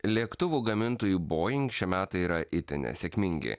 lėktuvų gamintojui boeing šie metai yra itin nesėkmingi